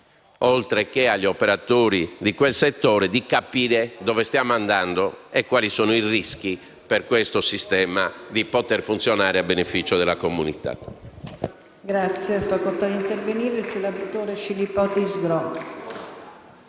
oltre che agli operatori di quel settore, di capire dove stiamo andando e quali sono i rischi di questo sistema per poter funzionare a beneficio della comunità.